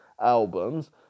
albums